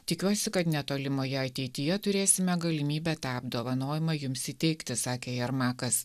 tikiuosi kad netolimoje ateityje turėsime galimybę tą apdovanojimą jums įteikti sakė jermakas